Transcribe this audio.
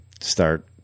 start